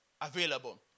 available